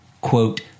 quote